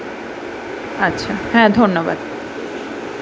আচ্ছা হ্যাঁ ধন্যবাদ